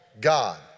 God